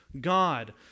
God